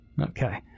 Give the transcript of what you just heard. Okay